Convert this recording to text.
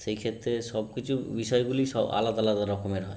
সেই ক্ষেত্রে সব কিছু বিষয়গুলি সব আলাদা আলাদা রকমের হয়